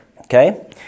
Okay